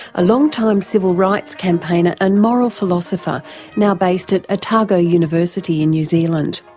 a long time civil rights campaigner and moral philosopher now based at otago university in new zealand.